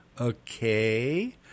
okay